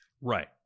Right